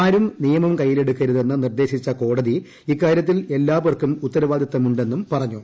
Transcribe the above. ആരും നിയമം കൈയ്യിലെടുക്കരുതെന്ന് നിർദ്ദേശിച്ച കോടതി ഇക്കാര്യത്തിൽ എല്ലാപേർക്കും ഉത്തരവാദിത്തം ഉണ്ടെന്നും പറഞ്ഞു